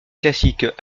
classique